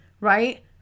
right